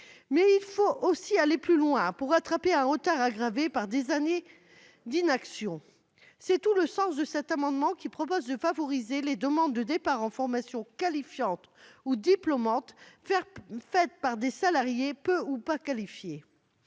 mais il faut aussi aller plus loin pour rattraper un retard aggravé par des années d'inaction. C'est tout le sens de cet amendement, qui vise à favoriser les demandes de départ en formation qualifiante ou diplômante faites par des salariés peu ou pas qualifiés.